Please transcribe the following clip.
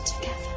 together